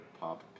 pop